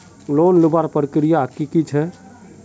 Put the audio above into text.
Loan लुबार प्रक्रिया की की छे?